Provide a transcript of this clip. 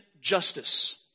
justice